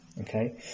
okay